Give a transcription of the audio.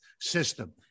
system